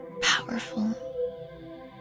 powerful